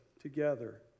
together